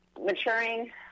maturing